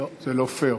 לא, זה לא פייר.